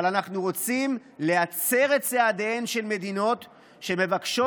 אבל אנחנו רוצים להצר את צעדיהן של מדינות שמבקשות